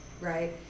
Right